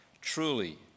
Truly